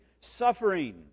suffering